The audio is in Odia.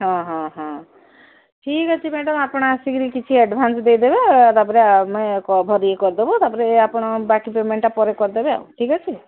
ହଁ ହଁ ହଁ ଠିକ୍ ଅଛି ମ୍ୟାଡମ୍ ଆପଣ ଆସିକରି କିଛି ଆଡଭାନ୍ସ ଦେଇଦେବେ ତାପରେ ଆମେ କରିଦେବେ ତାପରେ ଆପଣ ବାକି ପେମେଣ୍ଟ୍ଟା ପରେ କରିଦେବେ ଆଉ ଠିକ୍ ଅଛି